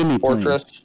Fortress